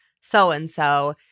so-and-so